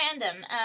random